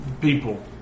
People